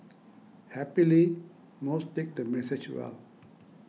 happily most take the message well